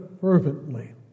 fervently